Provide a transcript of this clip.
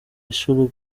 inshuro